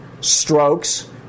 strokes